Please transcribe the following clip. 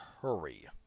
hurry